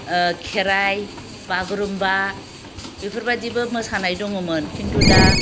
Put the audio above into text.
खेराइ बागुरुम्बा बेफोरबायदिबो मोसानाय दङमोन खिन्थु दा